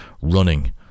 running